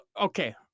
Okay